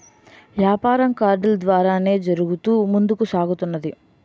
యాపారం కార్డులు ద్వారానే జరుగుతూ ముందుకు సాగుతున్నది